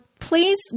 Please